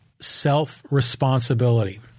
self-responsibility